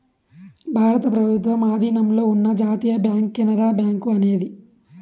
భారత ప్రభుత్వం ఆధీనంలో ఉన్న జాతీయ బ్యాంక్ కెనరా బ్యాంకు అనేది